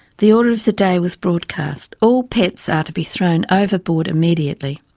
the order of the day was broadcast. all pets are to be thrown overboard immediately.